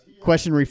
Question